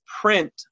print